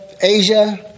Asia